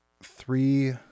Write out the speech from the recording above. three